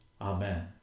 Amen